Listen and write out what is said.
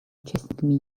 участниками